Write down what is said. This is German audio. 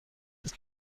ist